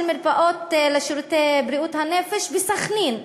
מרפאות לשירותי בריאות הנפש בסח'נין.